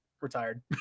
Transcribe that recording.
retired